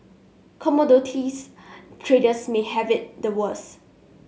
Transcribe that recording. commodities traders may have it the worst